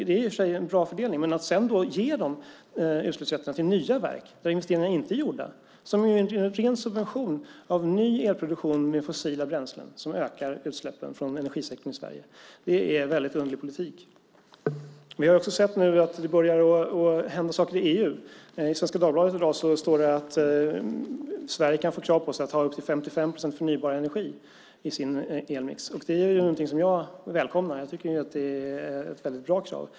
Det är i och för sig en bra fördelning, men att sedan ge de utsläppsrätterna till nya verk, där investeringar inte är gjorda, som en ren subvention av ny elproduktion med fossila bränslen som ökar utsläppen från energisektorn i Sverige. Det är en väldigt underlig politik. Vi har också sett att det börjar hända saker i EU. I Svenska Dagbladet i dag står det att Sverige kan få krav på sig att ha upp till 55 procent förnybar energi i sin elmix. Det är någonting som jag välkomnar. Jag tycker att det är ett väldigt bra krav.